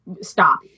stop